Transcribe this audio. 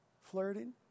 flirting